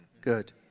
Good